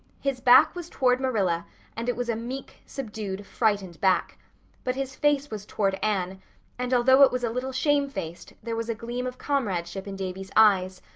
his back was toward marilla and it was a meek, subdued, frightened back but his face was toward anne and although it was a little shamefaced there was a gleam of comradeship in davy's eyes,